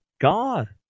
God